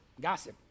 Gossip